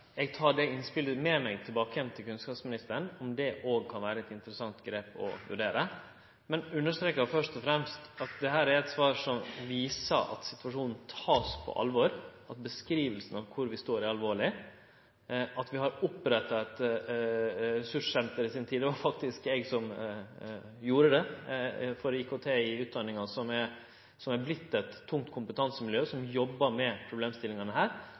Eg tek det innspelet med meg tilbake til kunnskapsministeren, om det òg kan vere eit interessant grep å vurdere. Men eg vil først og fremst understreke at dette er eit svar som viser at situasjonen vert teken på alvor, at beskrivinga av kor vi står er alvorleg, at vi i si tid oppretta eit ressurssenter – det var faktisk eg som gjorde det – for IKT i utdanninga som er vorte eit tungt kompetansemiljø som jobbar med desse problemstillingane,